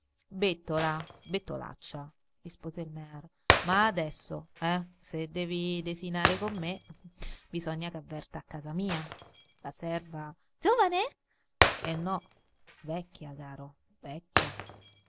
trattoria bettola bettolaccia rispose il mear ma adesso eh se devi desinare con me bisogna che avverta a casa mia la serva giovane eh no vecchia caro vecchia